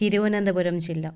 തിരുവനന്തപുരം ജില്ല